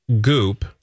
goop